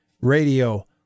Radio